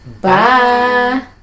Bye